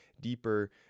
deeper